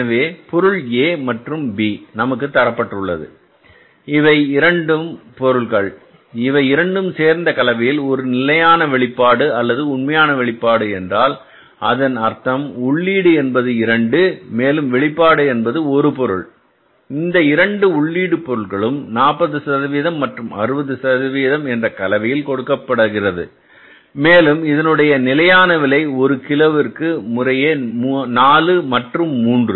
எனவே பொருள் A மற்றும் B நமக்குத் தரப்பட்டுள்ளது இவை இரண்டு பொருட்கள் இவை இரண்டும் சேர்ந்த கலவையில் ஒரு நிலையான வெளிப்பாடு அல்லது உண்மையான வெளிப்பாடு என்றால் அதன் அர்த்தம் உள்ளீடு என்பது 2 மேலும் வெளிப்பாடு என்பது ஒரு பொருள் இந்த இரண்டு உள்ளீடு பொருட்களும் 40 சதவீதம் மற்றும் 60 சதவீதம் என்ற கலவையில் கொடுக்கப்படுகிறது மேலும் இதனுடைய நிலையான விலை ஒரு கிலோவிற்கு முறையே நாலு மற்றும் 3